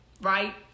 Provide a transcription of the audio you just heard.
Right